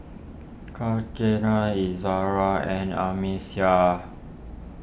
car Izzara and Amsyar